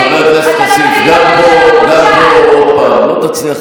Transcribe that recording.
וברגע שסגן השר יגיע לדוכן, להציג